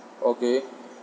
okay